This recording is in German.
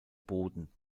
boden